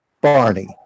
Barney